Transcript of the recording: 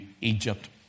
Egypt